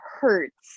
hurts